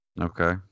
Okay